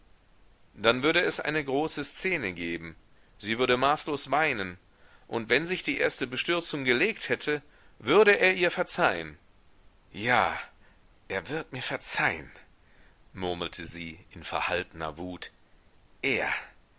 dann würde es eine große szene geben sie würde maßlos weinen und wenn sich die erste bestürzung gelegt hätte würde er ihr verzeihen ja er wird mir verzeihen murmelte sie in verhaltener wut er